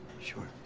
sure.